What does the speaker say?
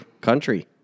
country